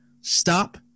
Stop